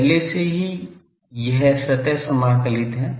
पहले से ही यह सतह समाकलित है